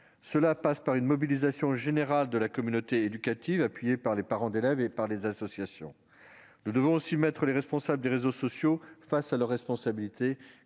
Cela passe par une mobilisation générale de la communauté éducative, appuyée par les parents d'élèves et les associations. Nous devons aussi placer les responsables des réseaux sociaux face à leur responsabilité.